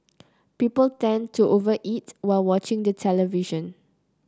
people tend to over eat while watching the television